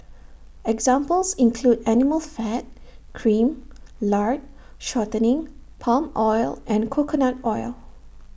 examples include animal fat cream lard shortening palm oil and coconut oil